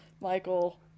Michael